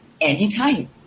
anytime